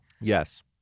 Yes